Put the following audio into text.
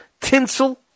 tinsel